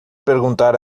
perguntar